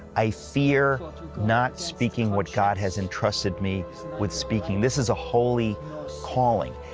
i fear not speaking what god has entrusted me with speaking. this is a holy calling.